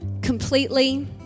completely